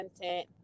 content